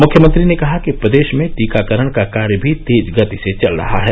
मुख्यमंत्री ने कहा कि प्रदेश में टीकाकरण का कार्य भी तेज गति से चल रहा है